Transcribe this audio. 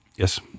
Yes